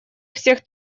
всех